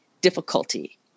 difficulty